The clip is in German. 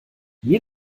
mir